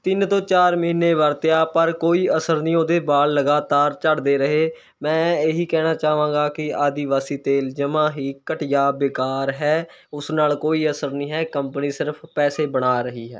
ਤਿੰਨ ਤੋਂ ਚਾਰ ਮਹੀਨੇ ਵਰਤਿਆ ਪਰ ਕੋਈ ਅਸਰ ਨਹੀਂ ਉਹਦੇ ਵਾਲ਼ ਲਗਾਤਾਰ ਝੜਦੇ ਰਹੇ ਮੈਂ ਇਹੀ ਕਹਿਣਾ ਚਾਹਾਂਗਾ ਕਿ ਆਦੀ ਵਾਸੀ ਤੇਲ ਜਮਾਂ ਹੀ ਘਟੀਆ ਬੇਕਾਰ ਹੈ ਉਸ ਨਾਲ਼ ਕੋਈ ਅਸਰ ਨਹੀਂ ਹੈ ਕੰਪਨੀ ਸਿਰਫ ਪੈਸੇ ਬਣਾ ਰਹੀ ਹੈ